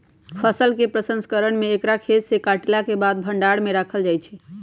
फसल के प्रसंस्करण में एकरा खेतसे काटलाके बाद भण्डार में राखल जाइ छइ